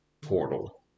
portal